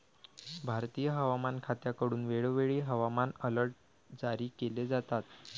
भारतीय हवामान खात्याकडून वेळोवेळी हवामान अलर्ट जारी केले जातात